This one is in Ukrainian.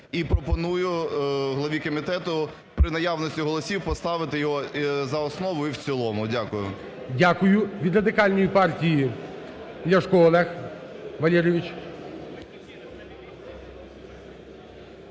І пропоную голові комітету, при наявності голосів, поставити його за основу і в цілому. Дякую. ГОЛОВУЮЧИЙ. Дякую. Від Радикальної партії – Ляшко Олег Валерійович.